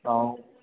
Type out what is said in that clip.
ऐं